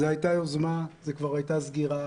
זו הייתה היוזמה, וכבר הייתה סגירה.